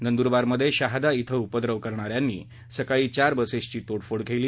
नंदुरबारमध्ये शहादा ध्व उपद्रव करणाऱ्यांनी सकाळी चार बसेसची तडफोड केली